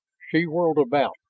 she whirled about,